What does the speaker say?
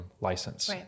license